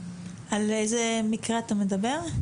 על איזה מקרה אתה מדבר?